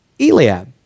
Eliab